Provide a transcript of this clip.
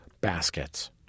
Baskets